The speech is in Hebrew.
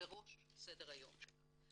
בראש סדר היום שלנו.